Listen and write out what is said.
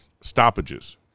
stoppages